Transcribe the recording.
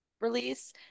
release